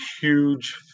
huge